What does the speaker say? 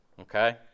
okay